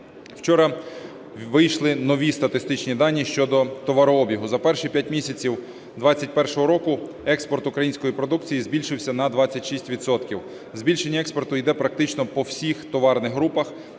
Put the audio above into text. Вчора вийшли нові статистичні дані щодо товарообігу. За перші 5 місяців 2021 року експорт української продукції збільшився на 26 відсотків. Збільшення експорту йде практично по всіх товарних групах,